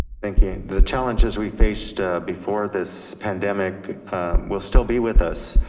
thank you. the challenges we faced before this pandemic will still be with us.